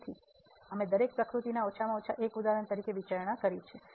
તેથી અમે દરેક પ્રકૃતિના ઓછામાં ઓછા 1 ઉદાહરણ તરીકે વિચારણા કરી છે